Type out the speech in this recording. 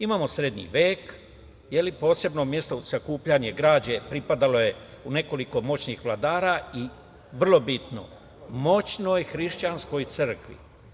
Imamo srednji vek, posebno mesto sakupljanje građe pripadalo je u nekoliko moćnih vladara i vrlo bitno, moćnoj hrišćanskoj crkvi.